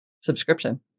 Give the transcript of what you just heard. subscription